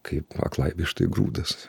kaip aklai vištai grūdas